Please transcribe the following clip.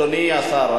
אדוני השר,